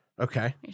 Okay